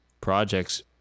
projects